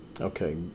Okay